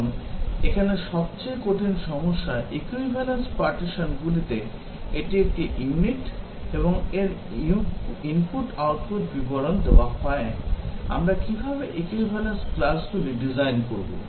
এখন এখানে সবচেয়ে কঠিন সমস্যা equivalence partitioningগুলিতে এটি একটি ইউনিট এবং এর ইনপুট আউটপুট বিবরণ দেওয়া হয় আমরা কীভাবে equivalence classগুলি ডিজাইন করব